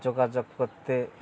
যোগাযোগ করতে